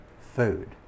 food